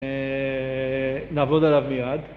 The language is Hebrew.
נעבוד עליו מיד